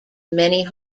many